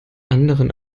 anderen